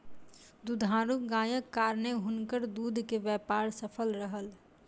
दुधारू गायक कारणेँ हुनकर दूध के व्यापार सफल रहल